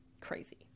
crazy